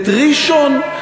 את ראשון?